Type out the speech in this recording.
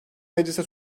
meclise